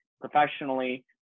Professionally